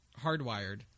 Hardwired